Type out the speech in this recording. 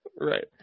Right